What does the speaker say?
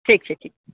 ठीक छै ठीक छै